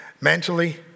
mentally